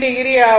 9o ஆகும்